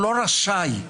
לא רשאי.